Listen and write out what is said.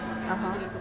(uh huh)